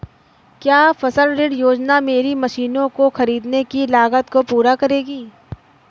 क्या फसल ऋण योजना मेरी मशीनों को ख़रीदने की लागत को पूरा करेगी?